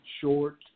short